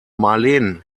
marleen